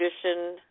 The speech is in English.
tradition